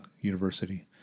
university